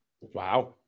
Wow